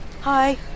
Hi